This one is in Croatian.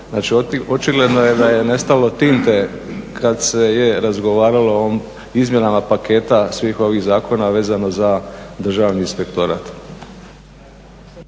Znači, očigledno je da je nestalo tinte kad se je razgovaralo o ovim izmjenama paketa svih ovih zakona vezano za državni inspektorat.